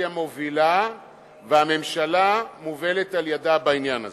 היא המובילה והממשלה מובלת על-ידה בעניין הזה.